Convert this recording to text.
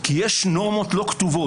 כי יש נורמות לא כתובות.